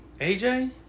AJ